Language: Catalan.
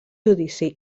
judici